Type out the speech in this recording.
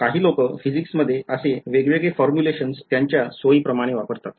काही लोक फिजिक्समध्ये असे वेगवेगळे फॉर्मुलेशन्स त्यांच्या सोयीप्रमाणे वापरतात